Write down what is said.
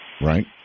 Right